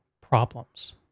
problems